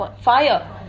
fire